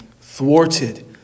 thwarted